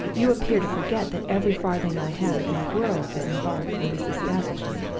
you appear to forget that every farthing i have in the world is embarked in this establishment